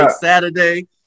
Saturday